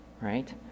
Right